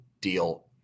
deal